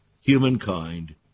humankind